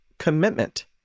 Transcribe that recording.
commitment